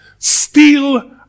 steal